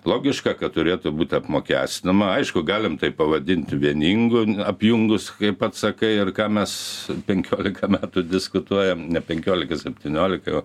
logiška kad turėtų būti apmokestinama aišku galim tai pavadinti vieningu apjungus kaip pats sakai ir ką mes penkiolika metų diskutuojam ne penkiolika septyniolika jau